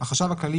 החשב הכללי,